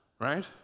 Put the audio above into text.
right